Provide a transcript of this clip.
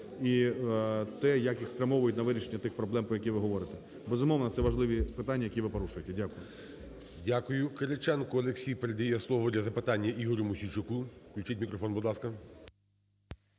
і те, як їх спрямовують на вирішення тих проблем, про які ви говорите. Безумовно, це важливі питання, які ви порушуєте. Дякую. ГОЛОВУЮЧИЙ. Дякую. Кириченко Олексій передає слово для запитання Ігорю Мосійчуку. Включіть мікрофон, будь ласка.